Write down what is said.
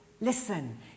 Listen